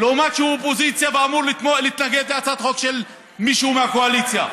למרות שהוא אופוזיציה ואמור להתנגד להצעת חוק של מישהו מהקואליציה,